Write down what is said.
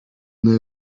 they